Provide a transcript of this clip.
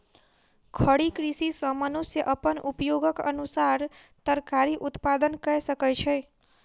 खड़ी कृषि सॅ मनुष्य अपन उपयोगक अनुसार तरकारी उत्पादन कय सकै छै